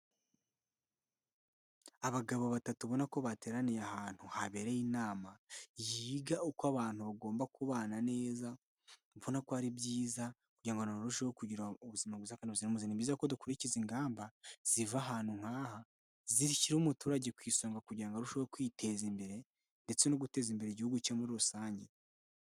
Abagabo batatu ubona ko bateraniye ahantu habereye inama. Yiga uko abantu bagomba kubana neza, ubona ko ari byiza, kugira ngo barusheho kugira ubuzima bwiza kandi buzira umuze. Ni byiza ko dukurikiza ingamba, ziva ahantu nk'aha, zishyira umuturage ku isonga kugira ngo arusheho kwiteza imbere, ndetse no guteza imbere Igihugu cye muri rusange.